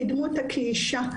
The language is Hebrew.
קידמו אותה כי היא אישה.